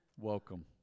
welcome